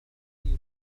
خسروا